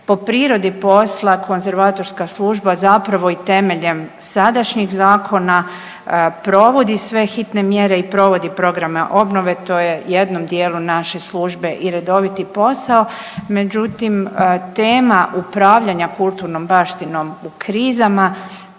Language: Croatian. Po prirodi posla, konzervatorska služba zapravo i temeljem sadašnjih zakona provodi sve hitne mjere i provodi programe obnove, to je jednom dijelu naše službe i redoviti posao, međutim, tema upravljanja kulturnom baštinom u krizama,